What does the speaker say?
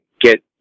get